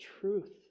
truth